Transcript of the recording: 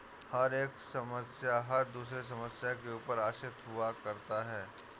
हर एक सदस्य हर दूसरे सदस्य के ऊपर आश्रित हुआ करता है